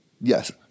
yes